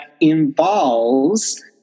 involves